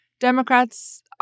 Democrats